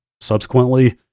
subsequently